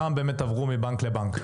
כמה באמת עברו מבנק לבנק?